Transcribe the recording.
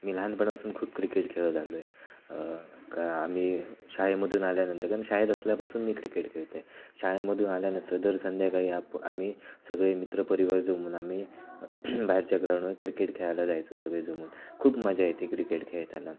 मी लहानपणापासून खूप क्रिकेट खेळत आलो आहे का आम्ही शाळेमधून आल्यानंतर कारण शाळेत असल्यापासून मी क्रिकेट खेळतोय शाळेमधून आल्यानसं दर संध्याकाळी आप आम्ही सगळे मित्रपरिवार जमून आम्ही बाहेरच्या ग्राउंडवर क्रिकेट खेळायला जायचो सगळे जमून खूप मजा येते क्रिकेट खेळताना